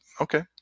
okay